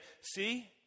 see